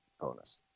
bonus